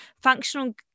Functional